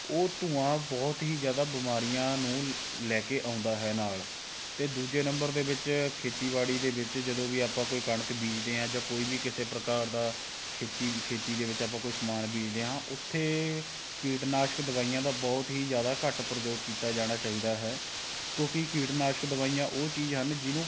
ਉਹ ਧੂੰਆਂ ਬਹੁਤ ਹੀ ਜ਼ਿਆਦਾ ਬਿਮਾਰੀਆਂ ਨੂੰ ਲੈ ਕੇ ਆਉਂਦਾ ਹੈ ਨਾਲ਼ ਅਤੇ ਦੂਜੇ ਨੰਬਰ ਦੇ ਵਿੱਚ ਖੇਤੀਬਾੜੀ ਦੇ ਵਿੱਚ ਜਦੋਂ ਵੀ ਆਪਾਂ ਕੋਈ ਕਣਕ ਬੀਜਦੇ ਹਾਂ ਜਾਂ ਕੋਈ ਵੀ ਕਿਸੇ ਪ੍ਰਕਾਰ ਦਾ ਖੇਤੀ ਖੇਤੀ ਦੇ ਵਿੱਚ ਆਪਾਂ ਕੋਈ ਸਮਾਨ ਬੀਜਦੇ ਹਾਂ ਉੱਥੇ ਕੀਟਨਾਸ਼ਕ ਦਵਾਈਆਂ ਦਾ ਬਹੁਤ ਹੀ ਜ਼ਿਆਦਾ ਘੱਟ ਪ੍ਰਯੋਗ ਕੀਤਾ ਜਾਣਾ ਚਾਹੀਦਾ ਹੈ ਕਿਉਂਕਿ ਕੀਟਨਾਸ਼ਕ ਦਵਾਈਆਂ ਉਹ ਚੀਜ਼ ਹਨ ਜਿਹਨੂੰ